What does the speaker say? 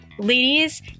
Ladies